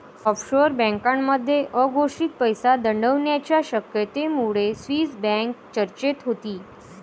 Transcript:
offshore बँकांमध्ये अघोषित पैसा दडवण्याच्या शक्यतेमुळे स्विस बँक चर्चेत होती